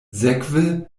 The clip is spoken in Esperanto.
sekve